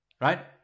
right